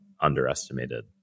underestimated